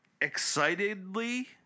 excitedly